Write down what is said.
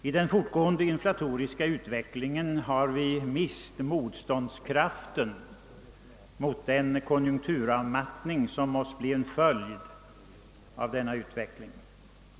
I den fortgående inflatoriska utvecklingen har vi mist motståndskraften mot den konjunkturavmattning som måste bli en följd av denna utveckling.